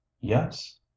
yes